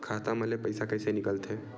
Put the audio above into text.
खाता मा ले पईसा कइसे निकल थे?